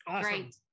great